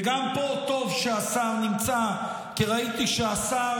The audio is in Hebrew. וגם פה, טוב שהשר נמצא כי ראיתי שהשר,